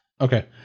Okay